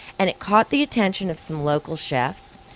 and it caught the attention of some local chefs,